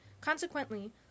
Consequently